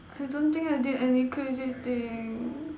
I don't think I did any crazy thing